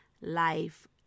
life